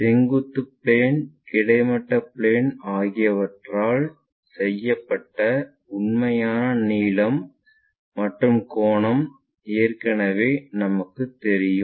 செங்குத்து பிளேன் கிடைமட்ட பிளேன் ஆகியவற்றால் செய்யப்பட்ட உண்மையான நீளம் மற்றும் கோணம் ஏற்கனவே நமக்குத் தெரியும்